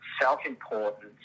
self-importance